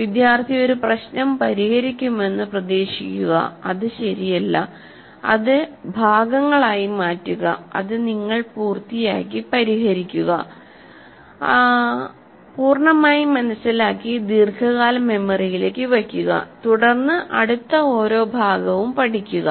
വിദ്യാർത്ഥി ഒരു പ്രശ്നം പരിഹരിക്കുമെന്ന് പ്രതീക്ഷിക്കുക അത് ശരിയല്ല അത ഭാഗങ്ങളായി മാറ്റുക അത് നിങ്ങൾ പൂർത്തിയാക്കി പരിഹരിക്കുക പൂർണ്ണമായി മനസിലാക്കി ദീർഘകാല മെമ്മറിയിലേക്ക് അയയ്ക്കുക തുടർന്ന് അടുത്ത ഓരോ ഭാഗവും പഠിക്കുക